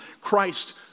Christ